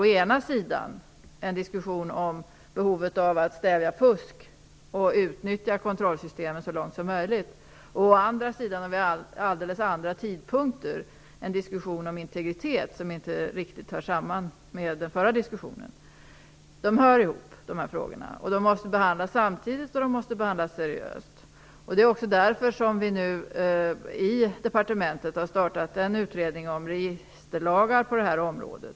Å ena sidan förs en diskussion om behovet av att stävja fusk och att utnyttja kontrollsystemen så långt som möjligt. Å andra sidan förs det vid helt andra tidpunkter diskussioner om integritet som inte riktigt hör samman med den förra diskussionen. Dessa frågor hör ihop. De måste behandlas samtidigt, och de måste behandlas seriöst. Det är också därför som vi i Socialdepartementet nu har startat en utredning om registerlagar på detta område.